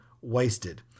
wasted